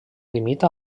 limita